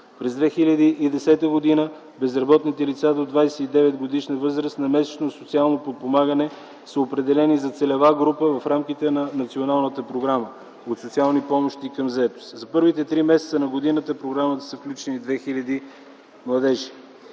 През 2010 г. безработните лица до 29-годишна възраст на месечно социално подпомагане са определени за целева група в рамките на Националната програма „От социални помощи към заетост”. За първите три месеца на годината в програмата са включени 2000 младежи.